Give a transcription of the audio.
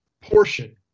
portion